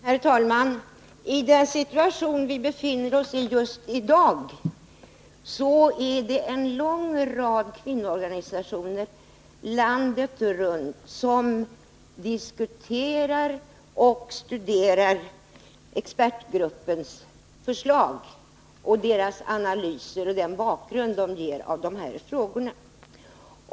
Herr talman! I den situation som vi befinner oss i just nu diskuterar och studerar en lång rad kvinnoorganisationer landet runt expertgruppens förslag och analyser samt den bakgrund som expertgruppen ger.